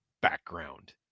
background